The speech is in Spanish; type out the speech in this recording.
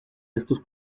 estos